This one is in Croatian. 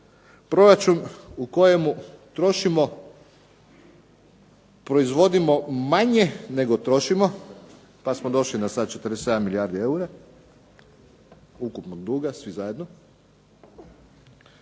proračun u kojemu trošimo, proizvodimo manje nego trošimo pa smo došli na sad 47 milijardi eura ukupnog duga, svi zajedno,